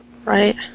Right